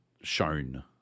shown